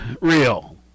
real